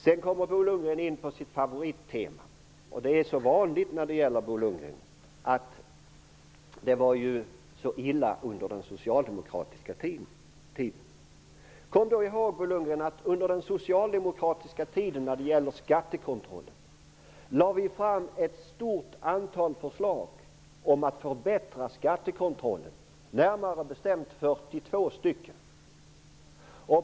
Bo Lundgren kom sedan in på sitt favorittema, och då lät han som vanligt, nämligen att det ju var så illa under den socialdemokratiska tiden. Kom då ihåg, Bo Lundgren, att under den socialdemokratiska tiden lade vi fram ett stort antal -- närmare bestämt 42 stycken -- förslag om att skattekontrollen skulle förbättras.